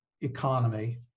economy